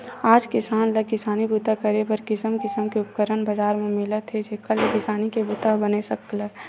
आज किसान ल किसानी बूता करे बर किसम किसम के उपकरन बजार म मिलत हे जेखर ले किसानी के बूता ह बने सरकय